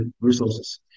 resources